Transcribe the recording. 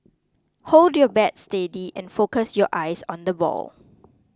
hold your bats steady and focus your eyes on the ball